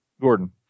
Gordon